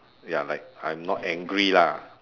ya like I'm not angry lah